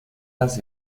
las